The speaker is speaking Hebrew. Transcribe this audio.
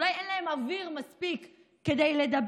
אולי אין להם מספיק אוויר כדי לדבר,